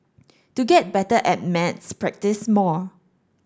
to get better at maths practise more